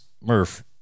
Murph